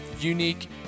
unique